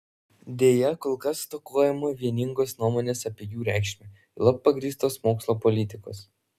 deja kol kas stokojama vieningos nuomonės apie jų reikšmę juolab pagrįstos mokslo politikos